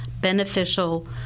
beneficial